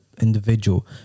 individual